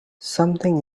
something